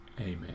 Amen